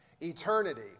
eternity